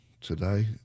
today